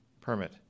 permit